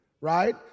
right